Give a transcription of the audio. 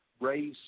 race